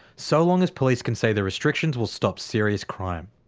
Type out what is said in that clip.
so long as police can say the restrictions will stop serious crime.